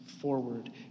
forward